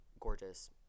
Gorgeous